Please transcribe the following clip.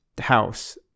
house